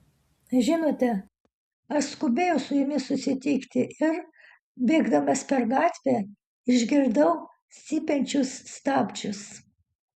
žinote aš skubėjau su jumis susitikti ir bėgdamas per gatvę išgirdau cypiančius stabdžius